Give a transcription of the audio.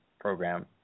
program